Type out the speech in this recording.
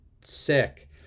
sick